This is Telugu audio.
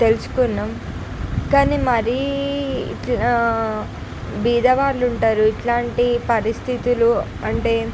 తెలుసుకున్నాం కానీ మరీ ఇట్లా బీదవాళ్ళు ఉంటారు ఇట్లాంటి పరిస్థితులు అంటే